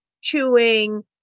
chewing